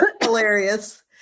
Hilarious